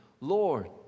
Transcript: Lord